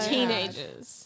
Teenagers